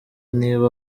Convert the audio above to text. niba